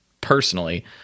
personally